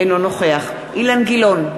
אינו נוכח אילן גילאון,